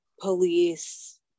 police